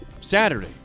Saturday